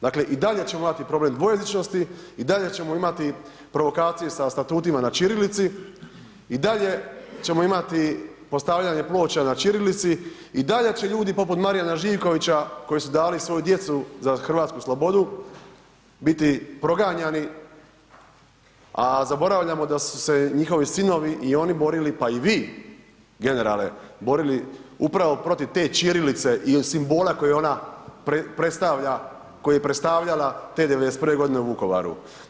Dakle i dalje ćemo imati problem dvojezičnosti i dalje ćemo imati provokacije sa statutima na ćirilici i dalje ćemo imati postavljanje ploča na ćirilici i dalje će ljudi poput Marijana Živkovića koji su dali svoju djecu za hrvatsku slobodu biti proganjani, a zaboravljamo da su se njihovi sinovi i oni borili pa i vi, generale, borili upravo protiv te ćirilice i simbola koji ona predstavlja, koji je predstavljala te 91. g. u Vukovaru.